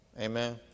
Amen